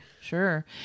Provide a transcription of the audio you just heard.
Sure